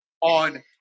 on